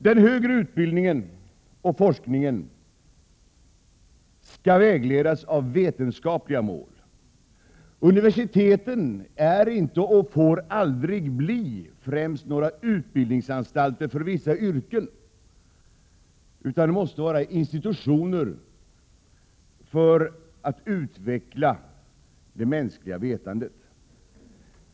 Den högre utbildningen och forskningen skall vägledas av vetenskapliga mål. Universiteten är inte och får aldrig bli främst några utbildningsanstalter för vissa yrken utan måste vara institutioner för att utveckla det mänskliga vetandet.